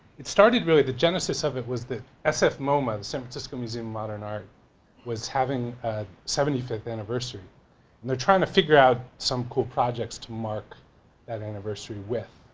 it started really, the genesis of it was the sf moma the san francisco museum of modern art was having a seventy fifth anniversary and they're trynna figure out some cool projects to mark that anniversary with.